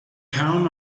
town